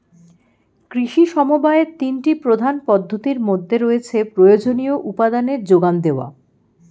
কৃষি সমবায়ের তিনটি প্রধান পদ্ধতির মধ্যে রয়েছে প্রয়োজনীয় উপাদানের জোগান দেওয়া